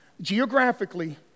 Geographically